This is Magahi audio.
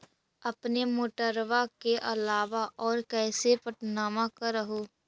अपने मोटरबा के अलाबा और कैसे पट्टनमा कर हू?